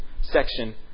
Section